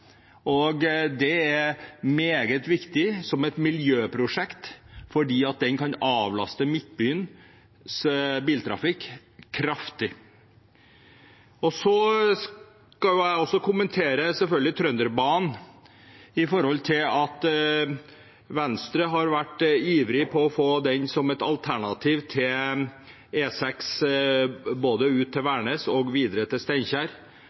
bru. Den er meget viktig som et miljøprosjekt, fordi den kan avlaste Midtbyens biltrafikk kraftig. Jeg vil også selvfølgelig kommentere Trønderbanen. Venstre har vært ivrig etter å få den som et alternativ til E6 både ut til Værnes og videre til Steinkjer.